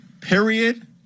period